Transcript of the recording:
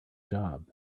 job